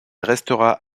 restera